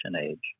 age